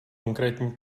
konkrétní